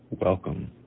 Welcome